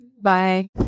Bye